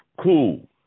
cool